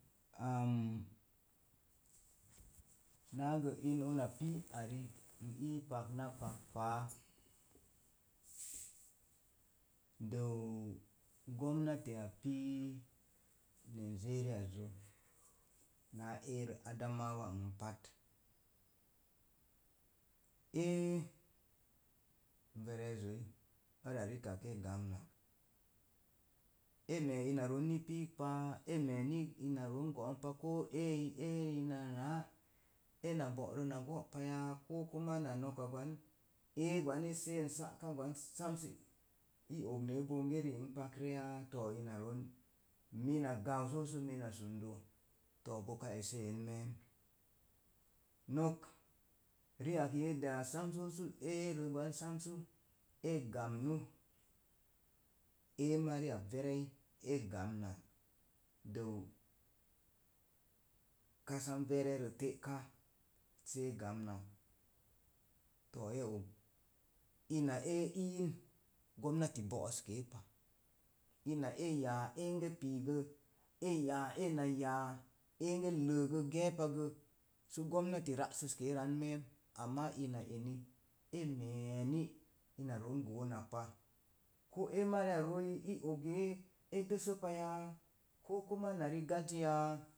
Aam naa gə in una pii ang n ii pakna pak páái dəu gomna tiya pii na zeriyazzə, naa perə adamawa n pat e yerezo ara rikak e gamnak, e mee ina roon ni piik pa e mee ni ina roon go'on pak koo ee eyi na náá ena bo'ro na go'pa. ya kokuma na no̱ka gwan eseen sa'ka gwan sam sə i ognee bonge ri ang pakrəya? To̱ ina roon mira gau sə mina sundo to̱ boka ese en me̱e̱n meen nok ri'ak yede ya ere samsə e gamnú ee mariya yerei e gamnak dəu kasan vere rə te'ka sə e gamnaki to̱o̱ e og ina e iin gamnati bo'es kee pa. Ina e yaa enge pii gə eeyaa ena yaa engə ləəga ge̱e̱pagə gomnati rá siskee me̱e̱mi ama ina eni e mee ni e dookuna kpa ko ee mariya rooyi i o gee e desə paziya kokuma na rigajiya